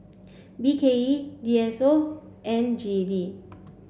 B K E D S O and G E D